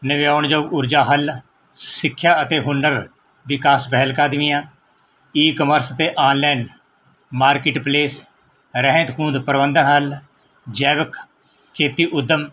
ਨਵਿਆਉਣ ਊਰਜਾ ਹੱਲ ਸਿੱਖਿਆ ਅਤੇ ਹੁਨਰ ਵਿਕਾਸ ਪਹਿਲ ਕਦਮੀਆ ਈ ਕਮਰਸ ਅਤੇ ਆਨਲਾਈਨ ਮਾਰਕੀਟ ਪਲੇਸ ਰਹਿੰਦ ਖੂੰਹਦ ਪ੍ਰਬੰਧ ਹੱਲ ਜੈਵਿਕ ਖੇਤੀ ਉਦਮ